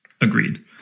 Agreed